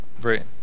right